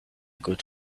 good